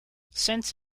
since